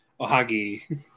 Ohagi